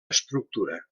estructura